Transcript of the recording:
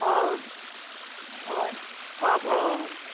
অ' হয় অ' অ'